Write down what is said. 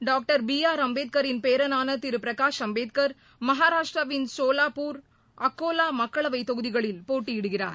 doctor B R அம்பேத்கரின் பேரனான திரு பிரகாஷ் அம்பேத்கர் மகாராஷ்டிராவின் சோலாப்பூர் அகோலா மக்களவைத் தொகுதிகளில் போட்டியிடுகிறார்